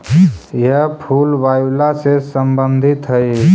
यह फूल वायूला से संबंधित हई